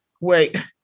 Wait